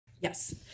yes